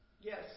Yes